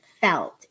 felt